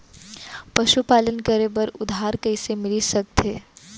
पशुपालन करे बर उधार कइसे मिलिस सकथे?